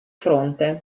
fronte